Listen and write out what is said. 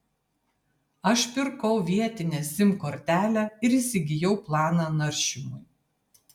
aš pirkau vietinę sim kortelę ir įsigijau planą naršymui